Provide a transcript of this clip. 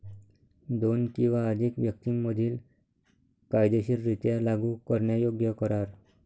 दोन किंवा अधिक व्यक्तीं मधील कायदेशीररित्या लागू करण्यायोग्य करार